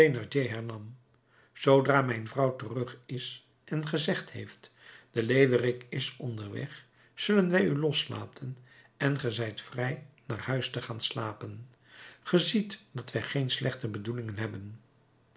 zoodra mijn vrouw terug is en gezegd heeft de leeuwerik is onderweg zullen wij u loslaten en ge zijt vrij naar huis te gaan slapen ge ziet dat wij geen slechte bedoelingen hebben